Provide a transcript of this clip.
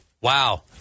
wow